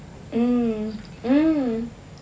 mm mm